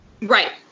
Right